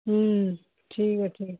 ਹਮ ਠੀਕ ਹੈ ਠੀਕ ਹੈ